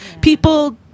people